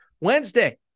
Wednesday